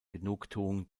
genugtuung